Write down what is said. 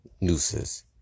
nooses